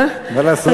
מה לעשות.